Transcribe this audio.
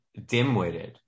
dimwitted